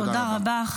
תודה רבה.